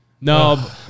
No